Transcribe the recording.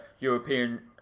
European